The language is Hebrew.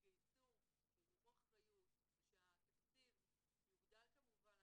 יתגייסו וייקחו אחריות ושהתקציב יוגדל כמובן.